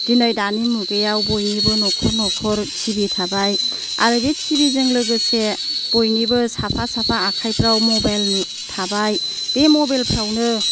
दिनै दानि मुगायाव बयनिबो नखर नखर टि भि थाबाय आरो बे टि भि जों लोगोसे बयनिबो साफा साफा आखायफ्राव मबाइल थाबाय बे मबाइल फ्रावनो